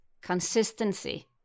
consistency